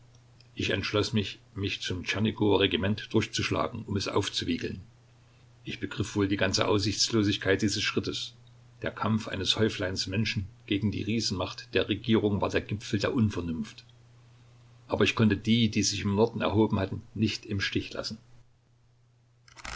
ich entschloß mich mich zum tschernigower regiment durchzuschlagen um es aufzuwiegeln ich begriff wohl die ganze aussichtslosigkeit dieses schrittes der kampf eines häufleins menschen gegen die riesenmacht der regierung war der gipfel der unvernunft aber ich konnte die die sich im norden erhoben hatten nicht im stich lassen